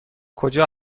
کجا